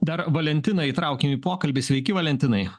dar valentiną įtraukim į pokalbį sveiki valentinai